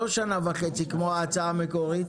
לא שנה וחצי כמו ההצעה המקורית